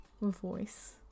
voice